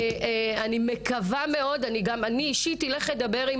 אני באופן אישי אדבר עם